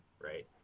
right